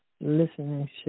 listening